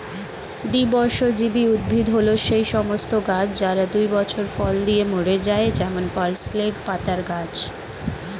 দ্বিবর্ষজীবী উদ্ভিদ হল সেই সমস্ত গাছ যারা দুই বছর ফল দিয়ে মরে যায় যেমন পার্সলে পাতার গাছ